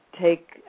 take